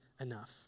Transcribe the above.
enough